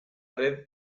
red